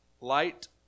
light